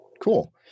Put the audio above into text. Cool